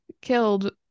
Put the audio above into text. killed